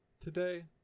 Today